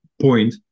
point